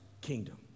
kingdom